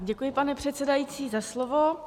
Děkuji, pane předsedající, za slovo.